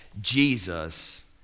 Jesus